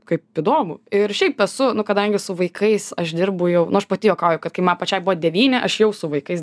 kaip įdomu ir šiaip esu nu kadangi su vaikais aš dirbu jau nu aš pati juokauju kad kai man pačiai buvo devyni aš jau su vaikais